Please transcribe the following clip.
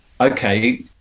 okay